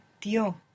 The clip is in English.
dio